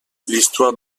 l’histoire